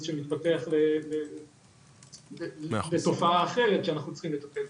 שמתפתח לתופעה אחרת שאנחנו צריכים לטפל בה.